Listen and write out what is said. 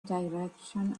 direction